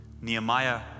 Nehemiah